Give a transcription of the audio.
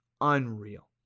unreal